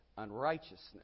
unrighteousness